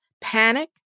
panic